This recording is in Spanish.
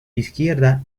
izquierda